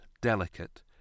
delicate